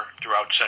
throughout